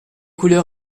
couleur